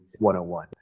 101